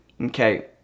okay